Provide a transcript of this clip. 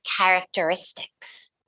characteristics